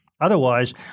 Otherwise